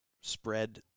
spread